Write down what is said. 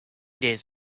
days